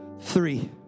three